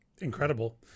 Incredible